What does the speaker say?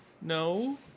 No